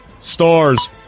Stars